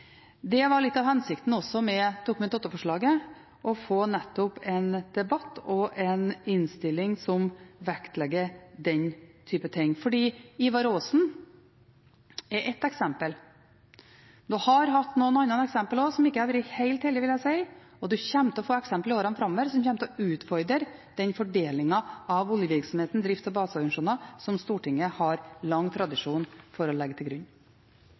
Det var også litt av hensikten med Dokument 8-forslaget: nettopp å få en debatt og en innstilling som vektlegger den typen ting. Ivar Aasen er ett eksempel. En har også hatt noen andre eksempler, som ikke har vært helt heldige, vil jeg si, og man kommer til å få eksempler i årene framover som vil utfordre den fordelingen av oljevirksomhetens drifts- og baseorganisasjoner som Stortinget har lang tradisjon for å legge til grunn.